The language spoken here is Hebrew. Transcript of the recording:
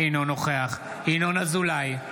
אינו נוכח ינון אזולאי,